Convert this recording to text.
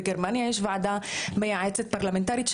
בגרמניה יש ועדה מייצגת פרלמנטרית,